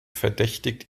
verdächtigt